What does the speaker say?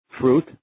fruit